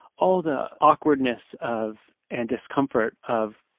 all the awkwardness of and discomfort of